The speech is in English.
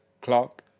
clock